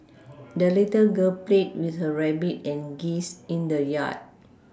the little girl played with her rabbit and geese in the yard